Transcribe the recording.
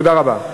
תודה רבה.